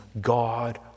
God